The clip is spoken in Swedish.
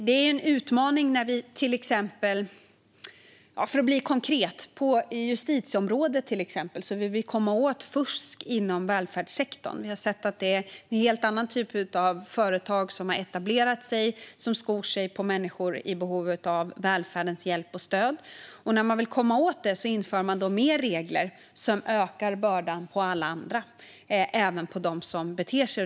Det är en utmaning när vi till exempel, för att bli konkret, på justitieområdet vill komma åt fusk inom välfärdssektorn. Vi har sett att det är en helt annan typ av företag som har etablerat sig där, som skor sig på människor i behov av välfärdens hjälp och stöd. När man vill komma åt det inför man fler regler som ökar bördan på alla andra, även på dem som sköter sig.